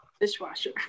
Dishwasher